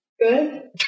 Good